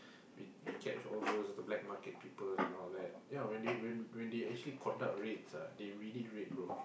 we catch all those black market people and all that when they actually conduct raids all that they really raid bro